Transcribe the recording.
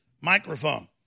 microphone